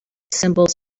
symbols